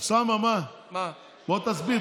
אוסאמה, מה, בוא תסביר.